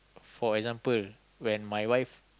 for example when my wife